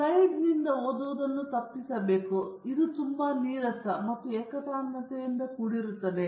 ನೀವು ಸ್ಲೈಡ್ನಿಂದ ಓದುವುದನ್ನು ತಪ್ಪಿಸಬೇಕು ಮತ್ತೆ ಇದು ತುಂಬಾ ನೀರಸ ಮತ್ತು ಏಕತಾನತೆಯಿಂದ ಕೂಡಿರುತ್ತದೆ